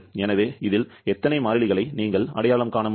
எனவே இதில் எத்தனை மாறிலிகளை நீங்கள் அடையாளம் காண முடியும்